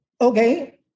okay